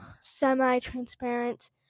semi-transparent